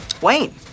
Wayne